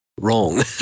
wrong